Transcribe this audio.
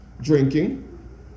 drinking